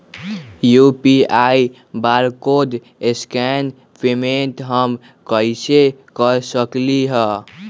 UPI barcode scan payment हम कईसे कर सकली ह?